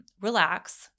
relax